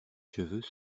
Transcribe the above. cheveux